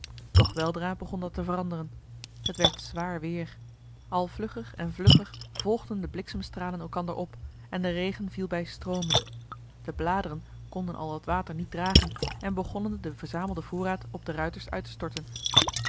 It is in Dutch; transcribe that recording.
doch weldra begon dat te veranderen het werd zwaar weer al vlugger en vlugger volgden de bliksemstralen elkander op en de regen viel bij stroomen de bladeren kon al dat water niet dragen en begonnen den verzamelden voorraad op de ruiters uit te storten